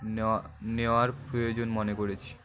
নেওয়া নেওয়ার প্রয়োজন মনে করেছি